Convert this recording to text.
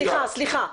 סליחה, סליחה, סליחה.